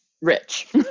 rich